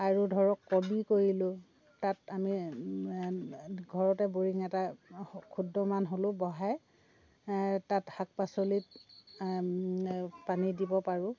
আৰু ধৰক কবি কৰিলোঁ তাত আমি ঘৰতে বৰিং এটা ক্ষুদ্ৰমান হ'লেও বহাই তাত শাক পাচলিত পানী দিব পাৰোঁ